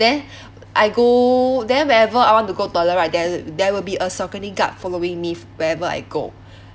then I go then whenever I want to go toilet right there there will be a security guard following me wherever I go